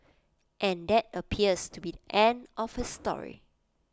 and that appears to be the end of his story